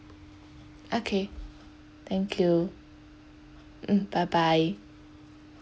okay thank you mm bye bye